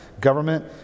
government